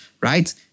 right